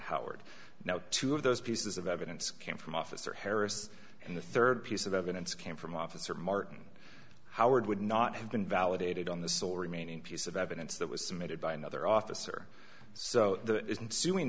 howard now two of those pieces of evidence came from officer harris and the third piece of evidence came from officer martin howard would not have been validated on the sole remaining piece of evidence that was submitted by another officer so the